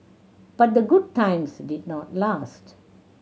but the good times did not last